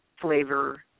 flavor